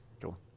Cool